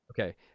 Okay